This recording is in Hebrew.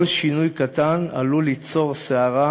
כל שינוי קטן עלול ליצור סערה,